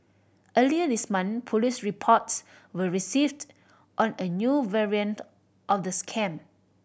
earlier this month police reports were received on a new variant of the scam